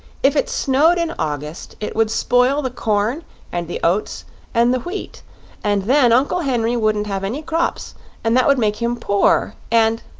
if it snowed in august it would spoil the corn and the oats and the wheat and then uncle henry wouldn't have any crops and that would make him poor and